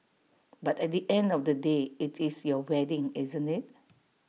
but at the end of the day IT is your wedding isn't IT